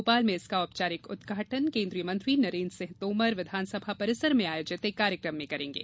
भोपाल में इसका औपचारिक उद्घाटन केंद्रीय मंत्री नरेंद्र सिंह तोमर विधानसभा परिसर में आयोजित एक कार्यक्रम में करेंगे